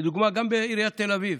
לדוגמה, גם בעיריית תל אביב.